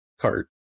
cart